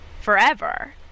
forever